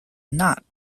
not